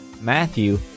matthew